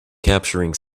capturing